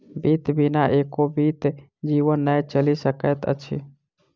वित्त बिना एको बीत जीवन नै चलि सकैत अछि